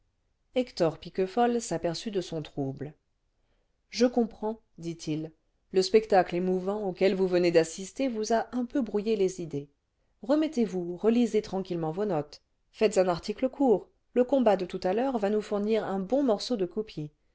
hector piquefol s'aperçut de son trouble je comprends dit-il le spectacle émouvant auquel vous venez d'assister vous a un peu brouillé les idées remettez-vous relisez tranquillement vos notes faites un article court le combat de tout à l'heure va nous fournir un bon morceau de copie